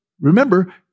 remember